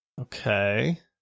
Okay